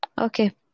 Okay